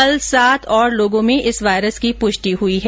कल सात और लोगों में इस वायरस की पुष्टि हुई है